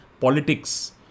politics